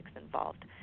involved